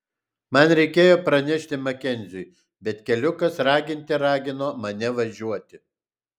man reikėjo pranešti makenziui bet keliukas raginte ragino mane važiuoti